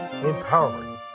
empowering